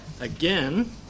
Again